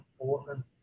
important